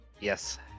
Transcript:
Yes